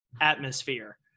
atmosphere